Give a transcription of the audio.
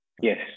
Yes